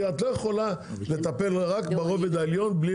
את לא יכולה לטפל רק ברובד העליון.